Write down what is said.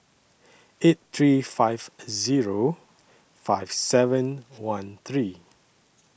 eight three five Zero five seven one three